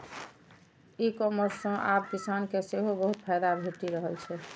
ई commerce सं आब किसान के सेहो बहुत फायदा भेटि रहल छै